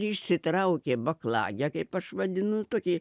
išsitraukė baklagę kaip aš vadinu tokį